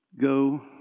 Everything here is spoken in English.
go